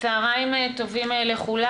צוהריים טובים לכולם.